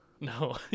No